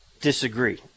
disagree